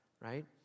right